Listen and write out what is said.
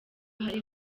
hari